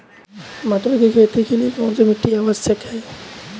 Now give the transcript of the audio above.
मटर की खेती के लिए कौन सी मिट्टी आवश्यक है?